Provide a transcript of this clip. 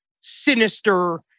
sinister